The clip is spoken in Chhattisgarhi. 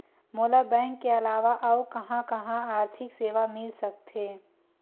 मोला बैंक के अलावा आऊ कहां कहा आर्थिक सेवा मिल सकथे?